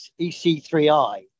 EC3I